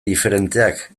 diferenteak